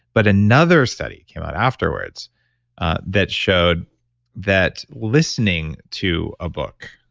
but another study came out afterwards that showed that listening to a book,